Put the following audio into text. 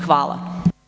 Hvala.